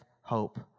hope